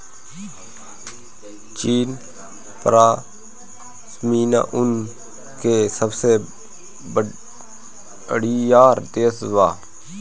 चीन पश्मीना ऊन के सबसे बड़ियार देश बा